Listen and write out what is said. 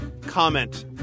comment